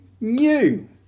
new